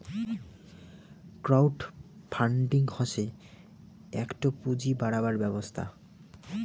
crowd funding হসে একটো পুঁজি বাড়াবার ব্যবস্থা